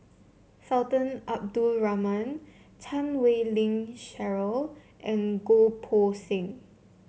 Sultan Abdul Rahman Chan Wei Ling Cheryl and Goh Poh Seng